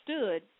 stood